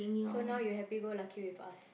so now you happy go lucky with us